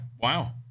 wow